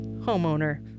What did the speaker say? homeowner